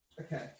Okay